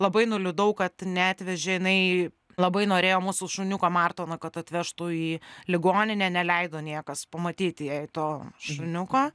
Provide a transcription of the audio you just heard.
labai nuliūdau kad neatvežė jinai labai norėjo mūsų šuniuką martoną kad atvežtų į ligoninę neleido niekas pamatyti jai to šuniuko